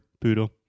Poodle